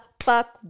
fuck